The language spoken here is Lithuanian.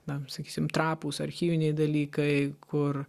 na sakysim trapūs archyviniai dalykai kur